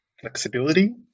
flexibility